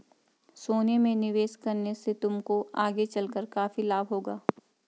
सोने में निवेश करने से तुमको आगे चलकर काफी लाभ होगा